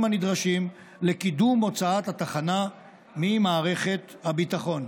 הנדרשים לקידום הוצאת התחנה ממערכת הביטחון.